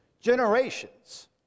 generations